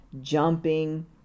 jumping